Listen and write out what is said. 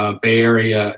ah bay area